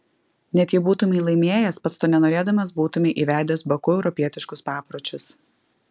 net jei būtumei laimėjęs pats to nenorėdamas būtumei įvedęs baku europietiškus papročius